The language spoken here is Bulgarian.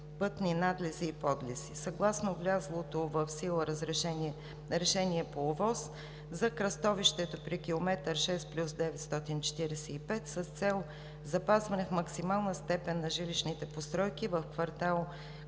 пътни надлези и подлези. Съгласно влязлото в сила решение по ОВОС за кръстовището при км 6+945, с цел запазване в максимална степен на жилищните постройки в квартал „Коматево“,